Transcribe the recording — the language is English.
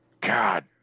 God